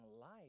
life